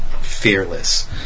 fearless